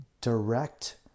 direct